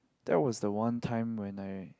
that was the one time when I